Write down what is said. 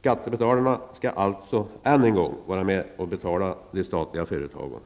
Skattebetalarna skall alltså än en gång vara med och betala de statliga företagen.